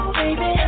baby